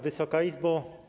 Wysoka Izbo!